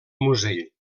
musell